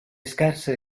scarse